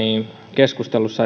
keskustelussa